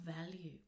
value